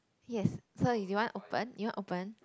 yes so you want open you want open